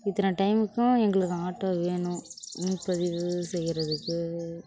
இத்தனை டைமுக்கும் எங்களுக்கு ஆட்டோ வேணும் முன்பதிவு செய்கிறதுக்கு